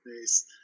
face